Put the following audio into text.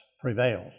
prevails